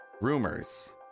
rumors